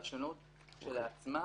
כשהוחלף חוק העזר בנושא שילוט בעיר,